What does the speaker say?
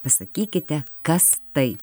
pasakykite kas tai